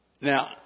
Now